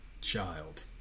child